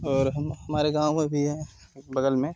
और हमारे गाँव में भी हैं बग़ल में